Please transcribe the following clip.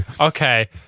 Okay